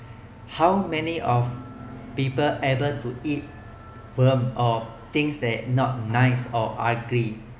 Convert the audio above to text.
how many of people able to eat food or things that are not nice or ugly